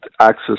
access